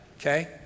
Okay